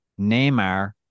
Neymar